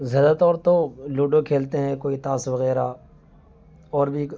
زیادہ تر تو لوڈو کھیلتے ہیں کوئی تاش وغیرہ اور بھی کو